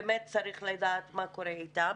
באמת צריך לדעת מה קורה איתם.